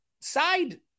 side